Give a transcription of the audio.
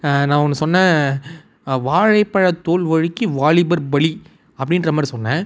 நான் ஒன்று சொன்னேன் வாழைப்பழத் தோல் வழுக்கி வாலிபர் பலி அப்படின்றமாரி சொன்னேன்